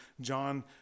John